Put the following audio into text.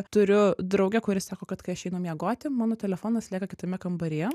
turiu draugę kuri sako kad kai aš einu miegoti mano telefonas lieka kitame kambaryje